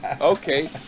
Okay